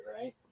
right